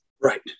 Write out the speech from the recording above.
Right